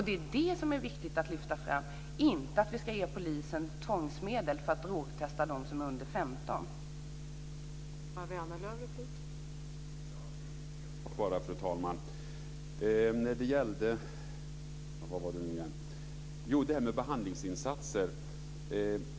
Det är det som är viktigt att lyfta fram, inte att vi ska ge polisen tvångsmedel för att drogtesta dem som är under 15 år.